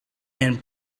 and